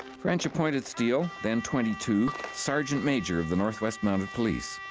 french appointed steele, then twenty two, sergeant major of the north west mounted police.